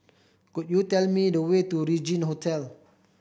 could you tell me the way to Regin Hotel